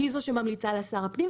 היא זו שממליצה לשר הפנים,